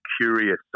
curious